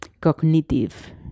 cognitive